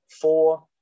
four